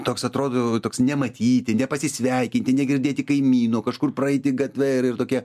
toks atrodo toks nematyti nepasisveikinti negirdėti kaimyno kažkur praeiti gatve ir ir tokia